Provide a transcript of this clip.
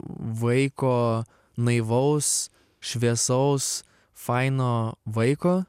vaiko naivaus šviesaus faino vaiko